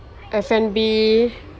F&B